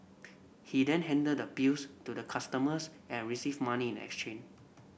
he then handed the bills to the customers and received money in exchange